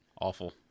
Awful